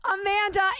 Amanda